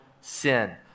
sin